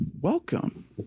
welcome